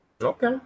Okay